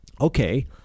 okay